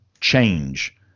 change